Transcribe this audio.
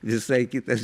visai kitas